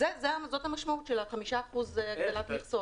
זאת המשמעות של החמישה אחוזים הטלת מכסות.